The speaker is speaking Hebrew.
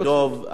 דב?